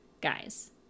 guys